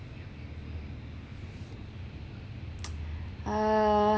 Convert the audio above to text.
uh